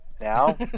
now